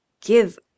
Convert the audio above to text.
give